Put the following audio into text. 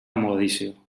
mogadiscio